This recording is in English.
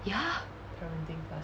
ya